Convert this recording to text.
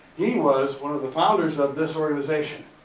he was one of the founders of this organization,